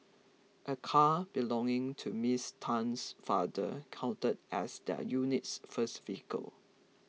a car belonging to Miss Tan's father counted as their unit's first vehicle